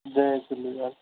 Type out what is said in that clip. Jay Jhulelal